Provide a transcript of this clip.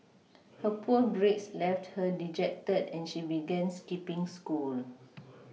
her poor grades left her dejected and she began skipPing school